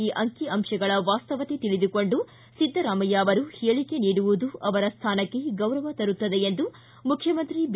ಈ ಅಂಕಿ ಅಂಶಗಳ ವಾಸವತೆ ತಿಳಿದುಕೊಂಡು ಸಿದ್ಲರಾಮಯ್ನನವರು ಹೇಳಿಕೆ ನೀಡುವುದು ಅವರ ಸ್ಥಾನಕ್ಕೆ ಗೌರವ ತರುತ್ತದೆ ಎಂದು ಮುಖ್ಯಮಂತ್ರಿ ಬಿ